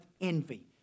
envy